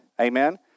Amen